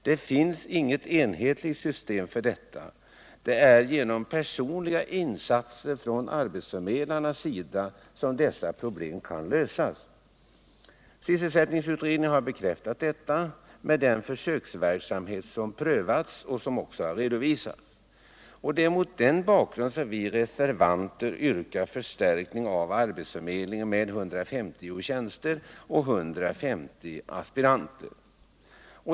Det finns inget enhetligt system för detta. Det är genom personliga insatser från arbetsförmedlarnas sida som dessa problem kan lösas. Sysselsättningsutredningen har bekräftat detta genom den försöksverksamhet som prövats och som också redovisats. Det är mot den bakgrunden som vi reservanter yrkar på förstärkning av arbetsförmedlingen med 150 tjänster och 150 aspiranter.